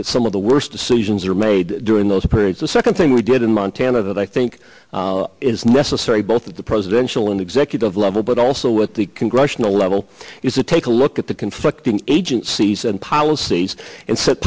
that some of the worst decisions are made during those periods the second thing we did in montana that i think is necessary both at the presidential and executive level but also with the congressional level is to take a look at the conflicting agencies and policies and s